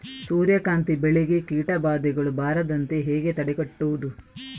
ಸೂರ್ಯಕಾಂತಿ ಬೆಳೆಗೆ ಕೀಟಬಾಧೆಗಳು ಬಾರದಂತೆ ಹೇಗೆ ತಡೆಗಟ್ಟುವುದು?